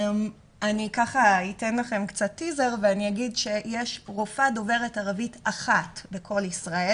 אני אתן לכם קצת טיזר ואני אגיד שיש רופאה דוברת ערבית אחת בכל ישראל